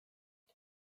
این